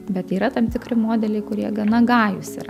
bet yra tam tikri modeliai kurie gana gajūs yra